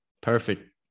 Perfect